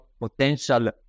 potential